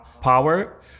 power